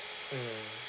mm